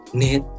need